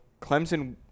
Clemson